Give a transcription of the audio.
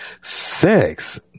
Sex